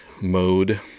mode